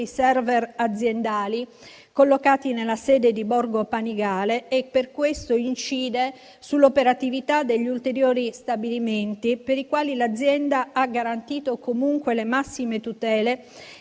*server* aziendali, collocati nella sede di Borgo Panigale, e per questo incide sull'operatività degli ulteriori stabilimenti, per i quali l'azienda ha garantito comunque le massime tutele,